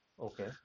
okay